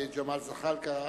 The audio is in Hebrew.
ג'מאל זחאלקה,